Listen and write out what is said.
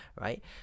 right